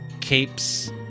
capes